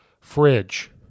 fridge